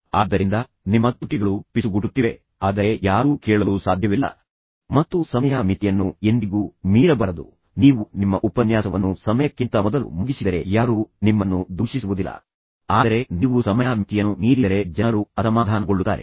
ಆದ್ದರಿಂದ ನಿಮ್ಮ ತುಟಿಗಳು ಪಿಸುಗುಟ್ಟುತ್ತಿವೆ ಆದರೆ ಯಾರೂ ಕೇಳಲು ಸಾಧ್ಯವಿಲ್ಲ ಮತ್ತು ಸಮಯ ಮಿತಿಯನ್ನು ಎಂದಿಗೂ ಮೀರಬಾರದು ನೀವು ನಿಮ್ಮ ಉಪನ್ಯಾಸವನ್ನು ಸಮಯಕ್ಕಿಂತ ಮೊದಲು ಮುಗಿಸಿದರೆ ಯಾರೂ ನಿಮ್ಮನ್ನು ದೂಷಿಸುವುದಿಲ್ಲ ನೀವು ನೀಡಿದ ಸಮಯಕ್ಕಿಂತ ಮೊದಲು ಸಾರ್ವಜನಿಕ ಭಾಷಣವನ್ನು ಮುಗಿಸಿದರೆ ಆದರೆ ನೀವು ಸಮಯ ಮಿತಿಯನ್ನು ಮೀರಿದರೆ ಜನರು ಅಸಮಾಧಾನಗೊಳ್ಳುತ್ತಾರೆ